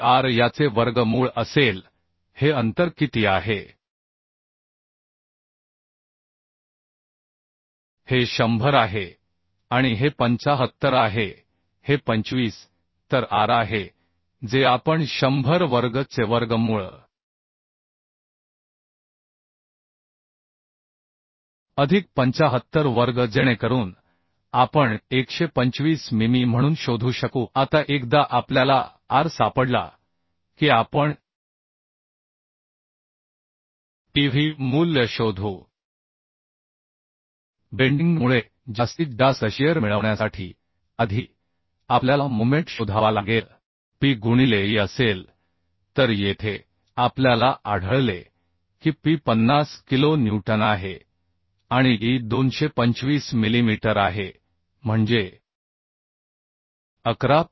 हे r याचे वर्गमूळ असेल हे अंतर किती आहे हे 100 आहे आणि हे 75 आहे हे 25 तर आर आहे जे आपण 100 वर्ग चे वर्गमूळ अधिक 75 वर्ग जेणेकरून आपण 125 मिमी म्हणून शोधू शकू आता एकदा आपल्याला r सापडला की आपण Pv मूल्य शोधू बेंडिंग मुळे जास्तीत जास्त शिअर मिळवण्यासाठी आधी आपल्याला मोमेंट शोधावा लागेल P गुणिले e असेल तर येथे आपल्याला आढळले की P 50 किलो न्यूटन आहे आणि e 225 मिलीमीटर आहे म्हणजे 11